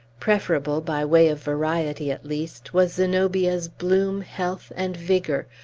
preferable by way of variety, at least was zenobia's bloom, health, and vigor,